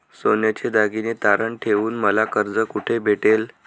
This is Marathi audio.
सोन्याचे दागिने तारण ठेवून मला कर्ज कुठे भेटेल?